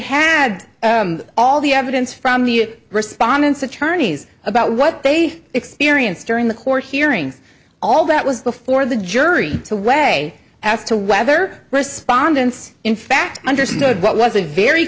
had all the evidence from the respondents attorneys about what they experienced during the court hearings all that was before the jury to weigh as to whether respondents in fact understood what was a very